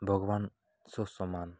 ଭଗବାନ ସହ ସମାନ